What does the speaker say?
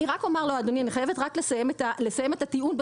אני חייבת לסיים את הטיעון.